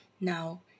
now